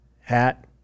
Hat